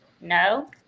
No